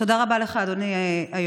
תודה רבה לך, אדוני היושב-ראש.